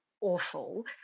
awful